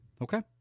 Okay